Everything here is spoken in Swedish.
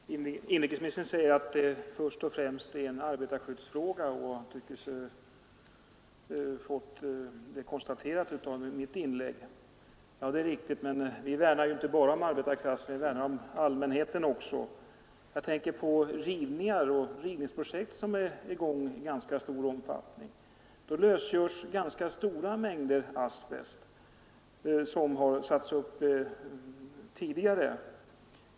Herr talman! Inrikesministern säger att detta först och främst är en arbetarskyddsfråga, och han tycker sig ha fått det konstaterat av mitt inlägg. Ja, det är riktigt, men vi värnar ju inte bara om arbetarklassen, vi värnar också om allmänheten. Jag tänker på rivningsprojekt som är i gång i ganska stor omfattning. Vid rivningar lösgörs stora mängder asbest som har satts upp tidigare.